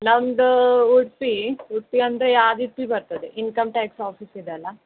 ನಮ್ಮದು ಉಡುಪಿ ಉಡುಪಿ ಅಂದರೆ ಬರ್ತದೆ ಇನ್ಕಮ್ ಟ್ಯಾಕ್ಸ್ ಆಫೀಸ್ ಇದೆಯಲ್ಲ